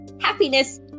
happiness